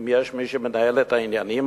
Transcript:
אם יש מי שמנהל את העניינים,